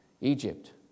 Egypt